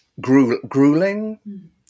grueling